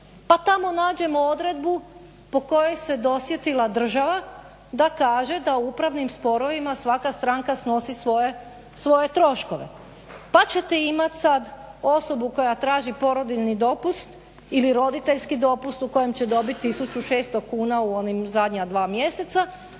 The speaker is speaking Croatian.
pa tamo nađemo odredbu po kojoj se dosjetila država da kaže da u upravnim sporovima svaka stranka snosi svoje troškove. Pa ćete imati sada osobu koja traži porodiljni dopust ili roditeljski dopust u kojem će dobiti 1600 kuna u onim zadnja dva mjeseca